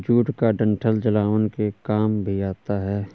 jute का डंठल जलावन के काम भी आता है